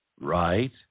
right